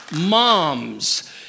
moms